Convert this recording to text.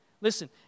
Listen